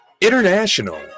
International